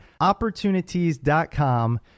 opportunities.com